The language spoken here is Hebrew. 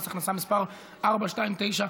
ידיעות בין רשויות המס) (תיקון מס' 2),